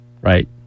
Right